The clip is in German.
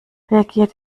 reagiert